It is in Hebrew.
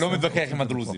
נפשט את זה רגע.